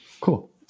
cool